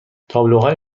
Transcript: تابلوهای